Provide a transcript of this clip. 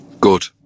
Good